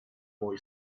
boy